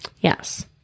Yes